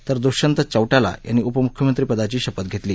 तर द्ष्यन्त चौटाला यांनी उपम्ख्यमंत्रीपदाची शपथ घेतली